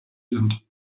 sind